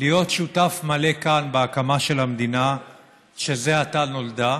להיות שותף מלא כאן בהקמה של המדינה שזה עתה נולדה.